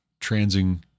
transing